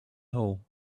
hole